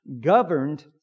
governed